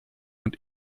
und